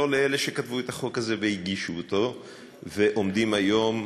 לאלה שכתבו את החוק הזה והגישו אותו ועומדים היום,